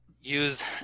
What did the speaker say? use